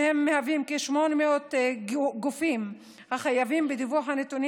שהם כ-800 גופים החייבים בדיווח על הנתונים